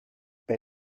bei